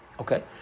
Okay